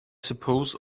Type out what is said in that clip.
suppose